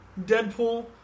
Deadpool